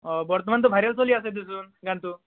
অঁ বৰ্তমানটো ভাইৰেল চলি আছে দেচোন গানটো